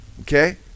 Okay